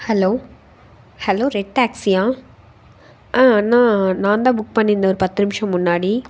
hello hello red டேக்ஸியா ம் அண்ணா நான் தான் புக் பண்ணியிருந்தேன் ஒரு பத்து நிமிடம் முன்னாடி